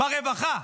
ברווחה.